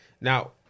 Now